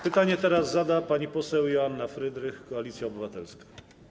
Pytanie zada pani poseł Joanna Frydrych, Koalicja Obywatelska.